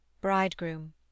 bridegroom